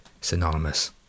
synonymous